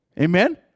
Amen